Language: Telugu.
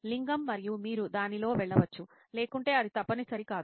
లింగం మరియు మీరు దానితో వెళ్ళవచ్చు లేకుంటే అది తప్పనిసరి కాదు